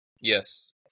Yes